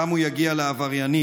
שם הוא יגיע לעבריינים.